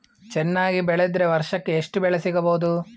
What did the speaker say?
ಚೆನ್ನಾಗಿ ಬೆಳೆದ್ರೆ ವರ್ಷಕ ಎಷ್ಟು ಬೆಳೆ ಸಿಗಬಹುದು?